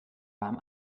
warm